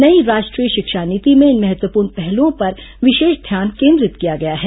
नई राष्ट्रीय शिक्षा नीति में इन महत्वपूर्ण पहलुओं पर विशेष ध्यान केन्द्रित किया गया है